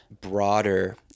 broader